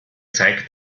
zeigt